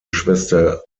schwester